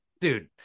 dude